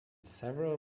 several